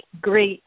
great